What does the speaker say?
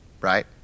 right